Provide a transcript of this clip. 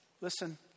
Listen